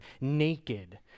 naked